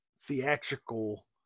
theatrical